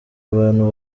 abantu